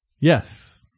yes